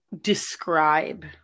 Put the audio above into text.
describe